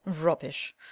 Rubbish